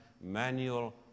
manual